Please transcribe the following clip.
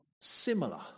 similar